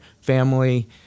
family